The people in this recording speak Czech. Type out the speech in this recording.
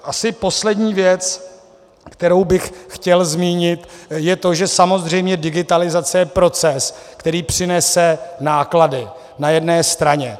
Asi poslední věc, kterou bych chtěl zmínit, je to, že samozřejmě digitalizace je proces, který přinese náklady na jedné straně.